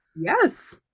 yes